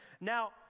Now